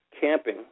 camping